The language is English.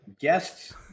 guests